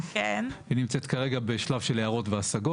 והיא נמצאת כרגע בשלב של הערות והשגות.